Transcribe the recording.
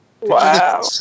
Wow